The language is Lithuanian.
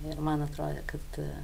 ir man atrodė kad